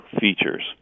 features